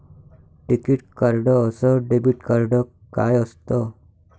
टिकीत कार्ड अस debit card काय असत?